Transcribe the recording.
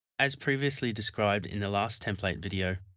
as previously described in the last template video,